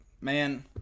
man